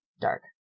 dark